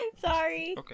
Sorry